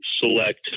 select